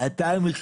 2022